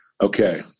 okay